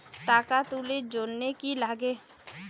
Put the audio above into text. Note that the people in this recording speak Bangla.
টাকা তুলির জন্যে কি লাগে?